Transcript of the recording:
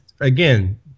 again